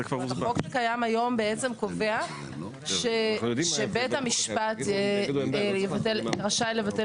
החוק הקיים היום קובע שבית המשפט רשאי לבטל